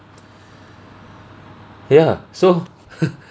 ya so